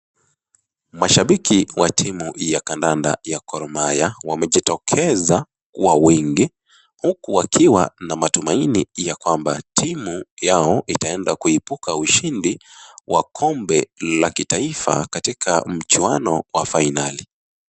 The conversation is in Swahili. Mashabiki wa timu ya kandanda ya Gor Mahia wamejitokeza kuwa wengi huku wakiwa na matumaini ya kwamba timu yao itaenda kuibuka ushindi wa kombe la kitaifa katika mchuano wa fainali.